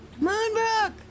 Moonbrook